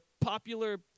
popular